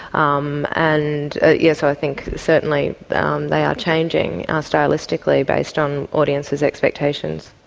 um and yes, i think certainly they are changing ah stylistically based on audiences' expectations.